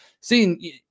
seeing